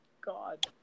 God